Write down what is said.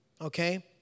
okay